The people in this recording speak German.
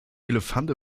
elefant